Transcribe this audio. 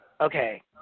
Okay